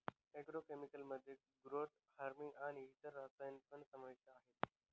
agro chemicals मध्ये growth hormone आणि इतर रसायन पण समाविष्ट आहेत